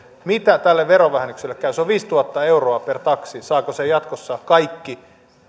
mitä tälle verovähennykselle käy se on viisituhatta euroa per taksi saavatko sen jatkossa kaikki